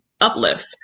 Uplift